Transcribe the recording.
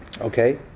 okay